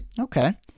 Okay